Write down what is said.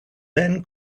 then